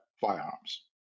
firearms